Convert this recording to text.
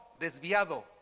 desviado